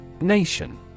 Nation